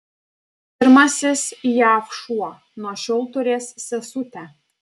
pirmasis jav šuo nuo šiol turės sesutę